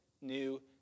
new